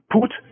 Put